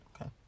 Okay